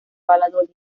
valladolid